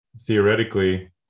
theoretically